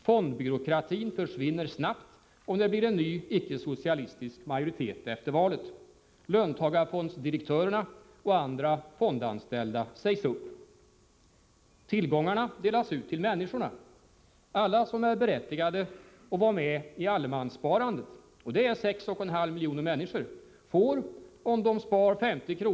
Fondbyråkratin försvinner snabbt om det blir en ny icke-socialistisk majoritet efter valet. Löntagarfondsdirektörerna och andra fondanställda sägs upp. Tillgångarna delas ut till människorna. Alla som är berättigade att vara med i allemanssparandet — och det är 6,5 miljoner människor — får, om de spar 50 kr.